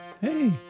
Hey